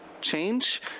change